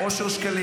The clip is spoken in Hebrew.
שב.